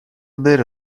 بره